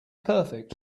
perfect